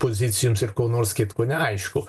pozicijoms ir ko nors kitko neaišku